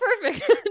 perfect